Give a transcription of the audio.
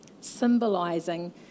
symbolizing